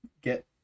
get